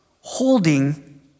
holding